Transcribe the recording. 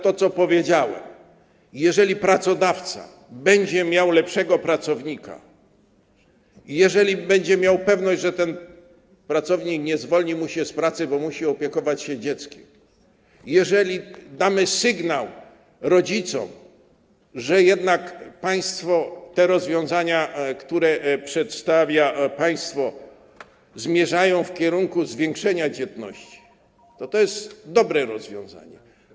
To, co powiedziałem, jeżeli pracodawca będzie miał lepszego pracownika i jeżeli będzie miał pewność, że ten pracownik nie zwolni się z pracy, bo musi opiekować się dzieckiem, jeżeli damy sygnał rodzicom, że te rozwiązania, które państwo przedstawia, zmierzają w kierunku zwiększenia dzietności, to to jest dobre rozwiązanie.